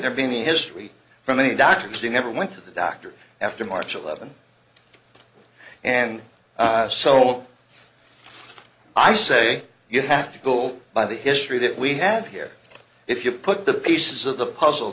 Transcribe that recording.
there be any history from any doctors who never went to the doctor after march eleventh and so on i say you have to go by the history that we have here if you put the pieces of the puzzle